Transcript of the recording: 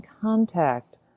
contact